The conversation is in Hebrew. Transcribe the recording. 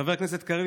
חבר הכנסת קריב,